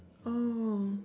oh